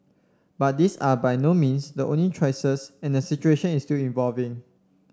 but these are by no means the only choices and the situation is still evolving